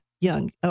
Young